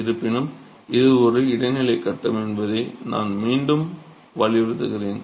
இருப்பினும் இது ஒரு இடைநிலைக் கட்டம் என்பதை நான் மீண்டும் வலியுறுத்துகிறேன்